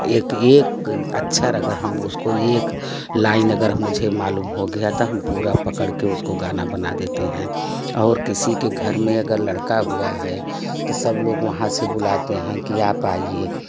एक एक अच्छा लगा हम उसको एक लाइन अगर मुझे मालूम हो गया तो हम पूरा पकड़ कर उसको गाना बना देते हैँ और किसी के घर में अगर लड़का हुआ है तो सब लोग वहाँ से बुलाते हैं कि आप आइए